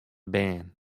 bern